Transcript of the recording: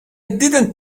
didn’t